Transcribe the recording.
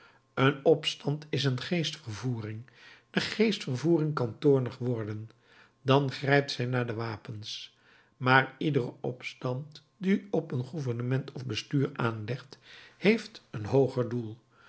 een opstand is een geestvervoering de geestvervoering kan toornig worden dan grijpt zij naar de wapens maar iedere opstand die op een gouvernement of bestuur aanlegt heeft een hooger doel